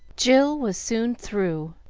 jill was soon through,